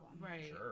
Right